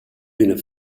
binne